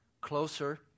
closer